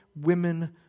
women